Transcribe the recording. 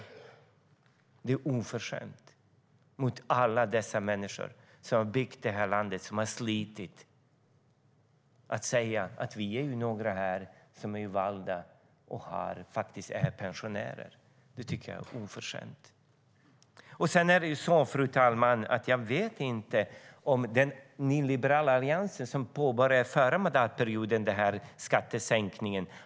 Det är oförskämt mot alla dessa människor som byggt det här landet och slitit att säga: Vi är några här som är valda riksdagsledamöter och faktiskt är pensionärer. Fru talman! Den nyliberala Alliansen påbörjade skattesänkningarna förra mandatperioden.